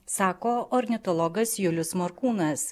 sako ornitologas julius morkūnas